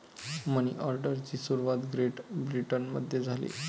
मनी ऑर्डरची सुरुवात ग्रेट ब्रिटनमध्ये झाली